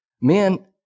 Men